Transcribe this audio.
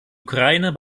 ukraine